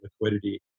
liquidity